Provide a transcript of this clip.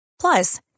Plus